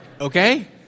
Okay